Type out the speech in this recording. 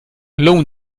lohnen